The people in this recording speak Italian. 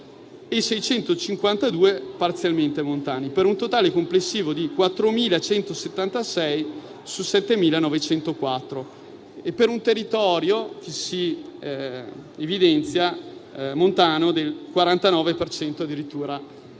e 652 parzialmente montani, per un totale complessivo di 4.176 su 7.904 e per un territorio che si evidenzia montano addirittura del